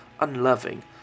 unloving